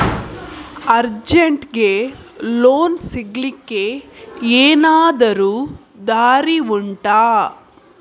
ಅರ್ಜೆಂಟ್ಗೆ ಲೋನ್ ಸಿಗ್ಲಿಕ್ಕೆ ಎನಾದರೂ ದಾರಿ ಉಂಟಾ